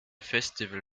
festival